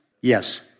yes